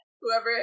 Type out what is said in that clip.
whoever